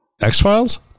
X-Files